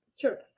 Sure